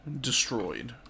destroyed